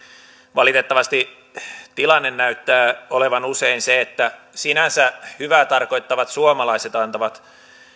valitettavasti tilanne näyttää olevan usein se että sinänsä hyvää tarkoittavat suomalaiset antavat